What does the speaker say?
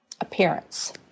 appearance